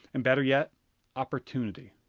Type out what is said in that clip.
and better yet opportunity.